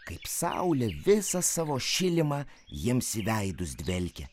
kaip saulė visą savo šilimą jiems į veidus dvelkė